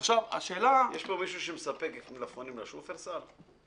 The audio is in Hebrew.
יש פה מישהו שמספק מלפפונים לשופרסל?